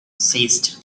seized